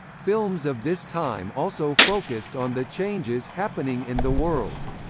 films of this time also focused on the changes happening in the world.